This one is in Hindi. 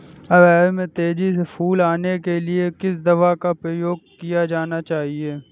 अरहर में तेजी से फूल आने के लिए किस दवा का प्रयोग किया जाना चाहिए?